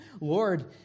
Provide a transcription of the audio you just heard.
Lord